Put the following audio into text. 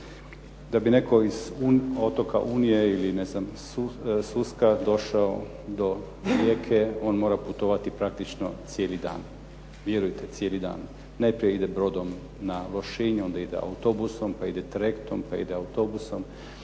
Da bi netko iz otoka Unije ili ne znam Suska došao do Rijeke on mora putovati praktično cijeli dan, vjerujte cijeli dan. Najprije ide brodom na Lošinj, onda ide autobusom, pa ide trajektom, pa ide autobusom.